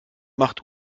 macht